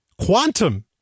quantum